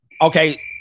Okay